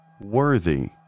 worthy